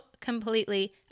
completely